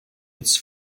its